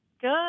good